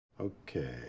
okay